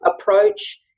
approach